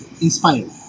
inspired